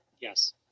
Yes